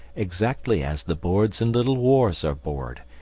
exactly as the boards in little wars are bored,